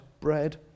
bread